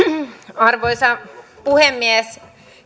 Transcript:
arvoisa puhemies